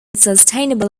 sustainable